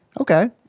Okay